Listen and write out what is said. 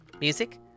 music